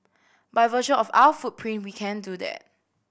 by virtue of our footprint we can do that